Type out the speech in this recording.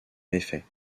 méfaits